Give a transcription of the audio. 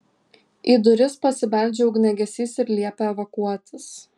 į duris pasibeldžia ugniagesys ir liepia evakuotis